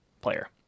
player